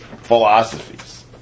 philosophies